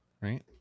Right